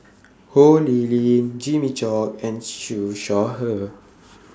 Ho Lee Ling Jimmy Chok and Siew Shaw Her